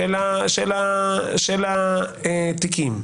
של התיקים?